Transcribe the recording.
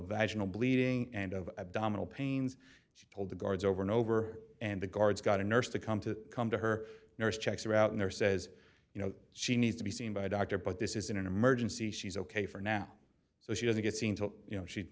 the bleeding and of abdominal pains she told the guards over and over and the guards got a nurse to come to come to her nurse checks are out in there says you know she needs to be seen by a doctor but this isn't an emergency she's ok for now so she doesn't seem to you know she